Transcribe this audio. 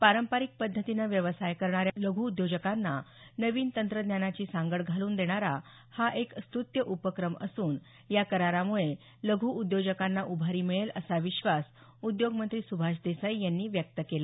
पारंपरिक पद्धतीनं व्यवसाय करणाऱ्या लघ् उद्योजकांना नवीन तंत्रज्ञानाची सांगड घालून देणारा हा एक स्तृत्य उपक्रम असून या करारामुळे लघू उद्योजकांना उभारी मिळेल असा विश्वास उद्योगमंत्री सुभाष देसाई यांनी यावेळी व्यक्त केला